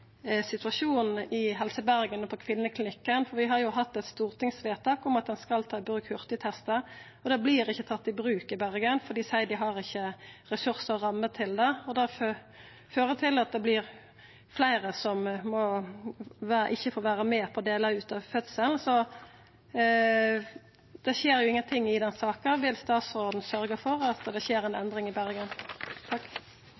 situasjonen i Helse Bergen og på Kvinneklinikken. Vi har hatt eit stortingsvedtak om at ein skal ta i bruk hurtigtestar, og dei vert ikkje tatt i bruk i Bergen, for dei seier at dei ikkje har ressursar eller rammer til det, og det fører til at det vert fleire som ikkje får vera med på delar av fødselen. Det skjer jo ingenting i den saka. Vil statsråden sørgja for at det skjer